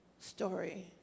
Story